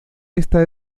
esta